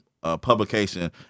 publication